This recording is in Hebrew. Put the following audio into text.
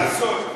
-- לעשות.